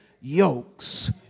yokes